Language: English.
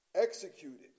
executed